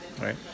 Right